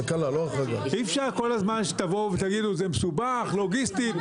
אי-אפשר כל הזמן שתגידו שזה מסובך לוגיסטית,